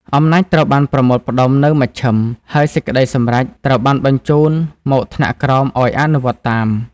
អំណាចត្រូវបានប្រមូលផ្ដុំនៅមជ្ឈិម ហើយសេចក្ដីសម្រេចត្រូវបានបញ្ជូនមកថ្នាក់ក្រោមឱ្យអនុវត្តតាម។